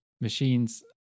machines